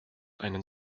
einen